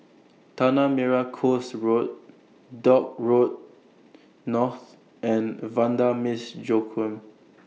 Tanah Merah Coast Road Dock Road North and Vanda Miss Joaquim